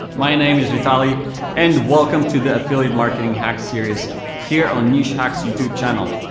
my name is vitaliy and welcome to the affiliate marketing hacks series here on nichehacks youtube channel,